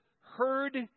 heard